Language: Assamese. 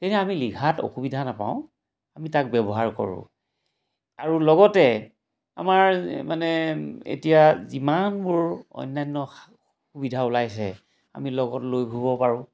তেন্তে আমি লিখাত অসুবিধা নাপাওঁ আমি তাক ব্যৱহাৰ কৰোঁ আৰু লগতে আমাৰ মানে এতিয়া যিমানবোৰ অন্যান্য সুবিধা ওলাইছে আমি লগত লৈ ঘূৰিব পাৰোঁ